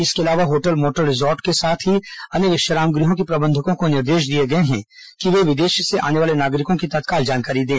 इसके अलावा hotel motel resort के साथ ही अन्य विश्राम गृहों के प्रबंधक को निर्देश दिए गए हैं कि विदेश से आने वाले नागरिकों की तत्काल जानकारी दें